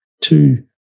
two